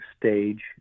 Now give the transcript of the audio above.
stage